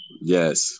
Yes